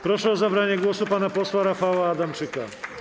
Proszę o zabranie głosu pana posła Rafała Adamczyka.